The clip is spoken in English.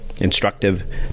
instructive